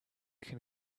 can